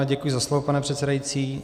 Děkuji za slovo, pane předsedající.